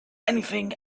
anything